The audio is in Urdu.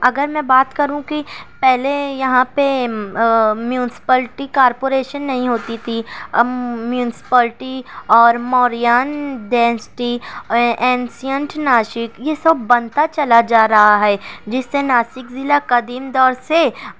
اگر میں بات کروں کہ پہلے یہاں پہ میونسپلٹی کارپوریشن نہیں ہوتی تھی ام میونسپلٹی اور موریان ڈینسٹی اینسینٹ ناسک یہ سب بنتا چلا جا رہا ہے جس سے ناسک ضلع قدیم دور سے